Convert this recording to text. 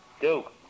duke